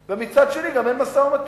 ומצד שני גם אין משא-ומתן.